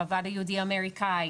עם הוועד היהודי האמריקאי,